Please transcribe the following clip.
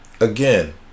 again